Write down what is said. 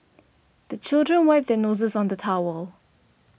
the children wipe their noses on the towel